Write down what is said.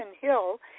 Hill